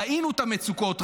ראינו את המצוקות,